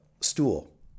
stool